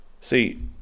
See